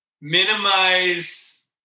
minimize